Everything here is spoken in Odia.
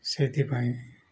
ସେଥିପାଇଁ